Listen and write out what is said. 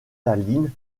tallinn